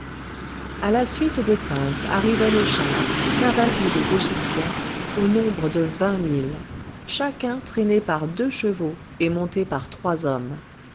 à la suite des princes arrivaient les chars cavalerie des égyptiens au nombre de vingt mille chacun traîné par deux chevaux et monté par trois hommes